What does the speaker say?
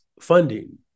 funding